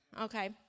Okay